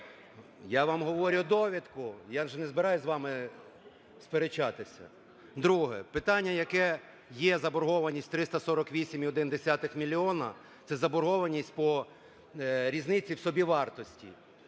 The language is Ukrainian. Я вам говорю довідку, я ж не збираюсь з вами сперечатися. Друге. Питання, яке є заборгованість 348,1 мільйони, – це заборгованість по різниці в собівартості.